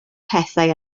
pethau